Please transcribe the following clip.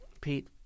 Pete